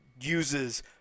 uses